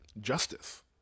Justice